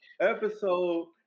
episode